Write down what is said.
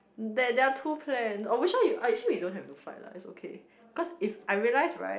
there there are two plan oh which one you oh actually we don't need to fight lah it's okay cause if I realised [right]